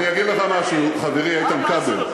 אני אגיד לך משהו, חברי איתן כבל.